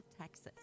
Texas